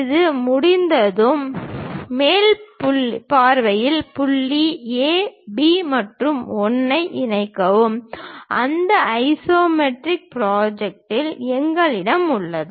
இது முடிந்ததும் மேல் பார்வையில் புள்ளி A B மற்றும் 1 ஐ இணைக்கவும் அந்த ஐசோமெட்ரிக் ப்ராஜெக்ட் எங்களிடம் உள்ளது